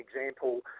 example